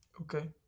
Okay